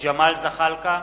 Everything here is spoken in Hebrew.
ג'מאל זחאלקה,